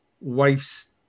wife's